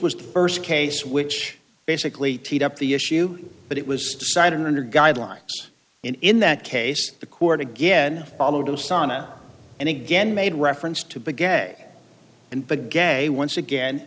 was the st case which basically teed up the issue but it was decided under guidelines and in that case the court again followed osama and again made reference to the gag and began a once again